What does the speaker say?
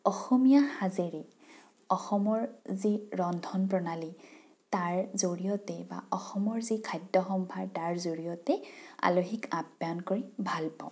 অসমীয়া সাজেৰে অসমৰ যি ৰন্ধন প্ৰণালী তাৰ জৰিয়তে বা অসমৰ যি খাদ্য সম্ভাৰ তাৰ জৰিয়তে আলহীক আপ্যায়ন কৰি ভাল পাওঁ